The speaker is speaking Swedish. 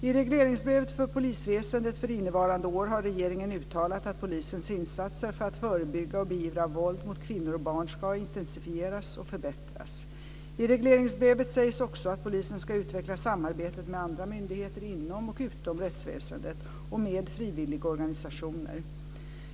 I regleringsbrevet för polisväsendet för innevarande år har regeringen uttalat att polisens insatser för att förebygga och beivra våld mot kvinnor och barn ska intensifieras och förbättras. I regleringsbrevet sägs också att polisen ska utveckla samarbetet med andra myndigheter inom och utom rättsväsendet och med frivilligorganisationer.